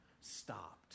stopped